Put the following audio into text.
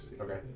Okay